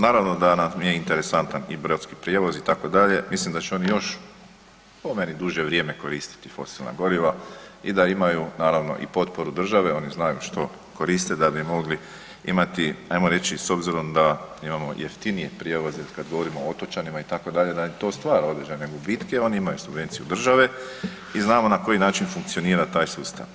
Naravno da nam je interesantan i brodski prijevoz itd., mislim da će on još po meni duže vrijeme koristiti fosilna goriva i da imaju naravno i potporu države, oni znaju što koriste da bi mogli imati ajmo reći s obzirom da imamo jeftinije prijevoze kad govorimo o otočanima itd., da im to stvara određene gubitke, oni imaju subvenciju države i znamo na koji način funkcionira taj sustav.